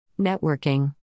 Networking